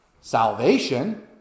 salvation